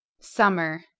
Summer